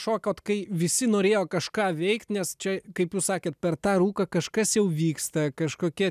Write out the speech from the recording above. šokot kai visi norėjo kažką veikt nes čia kaip jūs sakėt per tą rūką kažkas jau vyksta kažkokie